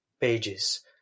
pages